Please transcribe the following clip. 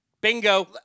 Bingo